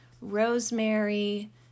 rosemary